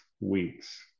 weeks